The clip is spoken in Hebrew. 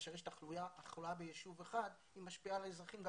שכאשר יש תחלואה ביישוב אחד היא משפיעה על האזרחים גם